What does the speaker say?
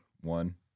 One